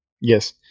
Yes